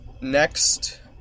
next